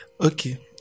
okay